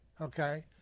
okay